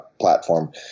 platform